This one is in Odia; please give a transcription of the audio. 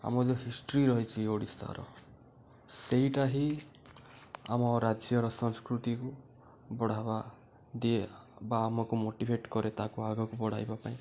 ଆମର ଯେଉଁ ହିଷ୍ଟ୍ରି ରହିଛି ଓଡ଼ିଶାର ସେଇଟା ହିଁ ଆମ ରାଜ୍ୟର ସଂସ୍କୃତିକୁ ବଢ଼ାବା ଦିଏ ବା ଆମକୁ ମୋଟିଭେଟ୍ କରେ ତାକୁ ଆଗକୁ ବଢ଼ାଇବା ପାଇଁ